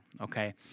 okay